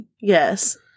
Yes